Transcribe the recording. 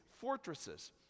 fortresses